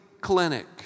clinic